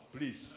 Please